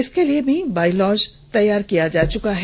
इसके लिए भी बाइलॉज तैयार किया जा चुका है